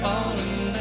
Falling